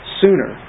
sooner